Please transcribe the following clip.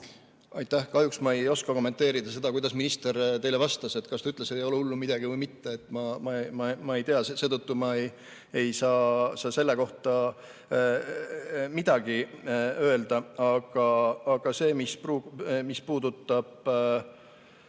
Aitäh! Kahjuks ma ei oska kommenteerida seda, kuidas minister teile vastas, kas ta ütles, et ei ole hullu midagi, või mitte. Ma ei tea, seetõttu ma ei saa selle kohta midagi öelda. Aga see, mis puudutab ...